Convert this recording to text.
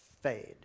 fade